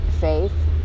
faith